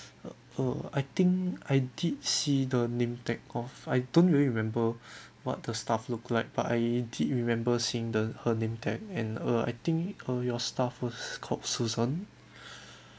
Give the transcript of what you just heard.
uh uh I think I did see the name tag of I don't really remember what the staff look like but I did remember seeing the her name tag and uh I think uh your staff was called susan